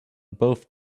both